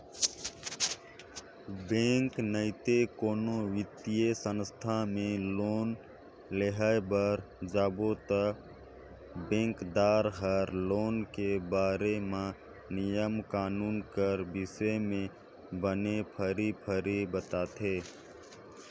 bank नइते कोनो बित्तीय संस्था में लोन लेय बर जाबे ता बेंकदार हर लोन के बारे म नियम कानून कर बिसे में बने फरी फरी बताथे